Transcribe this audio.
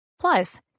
Plus